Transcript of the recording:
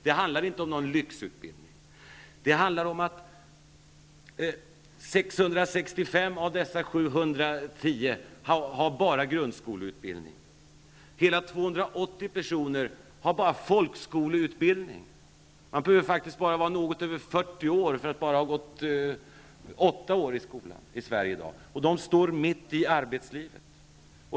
Det handlar inte om någon lyxutbildning. 665 av de 710 aktuella personerna har bara grundskoleutbildning. Hela 280 personer har bara folkskoleutbildning. Man behöver faktiskt bara vara strax över 40 år för att inte ha gått mer än åtta år i skola. Dessa personer står mitt i arbetslivet.